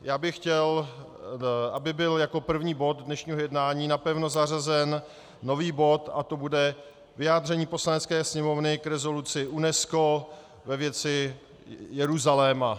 Já bych chtěl, aby byl jako první bod dnešního jednání napevno zařazen nový bod, a to bude Vyjádření Poslanecké sněmovny k rezoluci UNESCO ve věci Jeruzaléma.